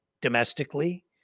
domestically